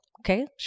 Okay